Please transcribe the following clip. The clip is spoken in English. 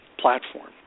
platform